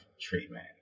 treatment